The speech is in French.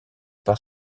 par